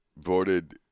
voted